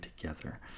together